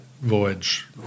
voyage